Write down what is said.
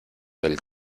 del